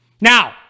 Now